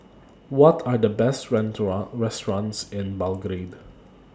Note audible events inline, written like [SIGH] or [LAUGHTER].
What Are The Best [UNINTELLIGIBLE] restaurants in Belgrade